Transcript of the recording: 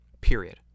Period